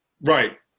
Right